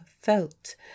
felt